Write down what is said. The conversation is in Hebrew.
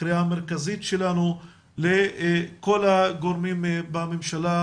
הקריאה המרכזית שלנו לכל הגורמים בממשלה,